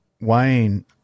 Wayne